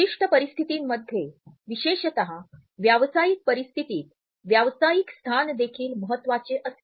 विशिष्ट परिस्थितींमध्ये विशेषतः व्यावसायिक परिस्थितीत व्यावसायिक स्थान देखील महत्त्वाचे असते